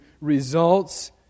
results